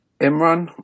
Imran